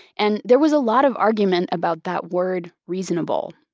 and there was a lot of argument about that word, reasonable.